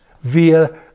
via